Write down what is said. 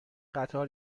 قطار